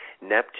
Neptune